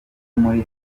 muri